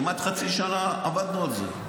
כמעט חצי שנה עבדנו על זה.